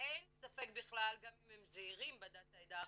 אין ספק בכלל, גם אם הם זהירים, בד"צ העדה החרדית,